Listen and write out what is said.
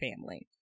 family